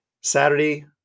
Saturday